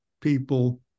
people